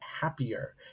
happier